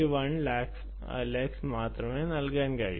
1 lux മാത്രമേ നൽകാൻ കഴിയൂ